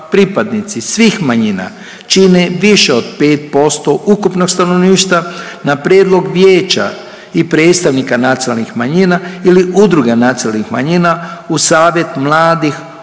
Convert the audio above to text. pripadnici svih manjine čine više od 5% ukupnog stanovništva, na prijedlog vijeća i predstavnika nacionalnih manjina ili udruga nacionalnih manjina, u savjet mladih